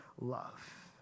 love